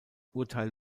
urteil